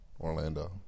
Orlando